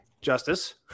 justice